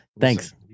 Thanks